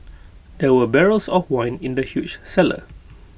there were barrels of wine in the huge cellar